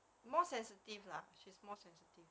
more sensitive lah she's more sensitive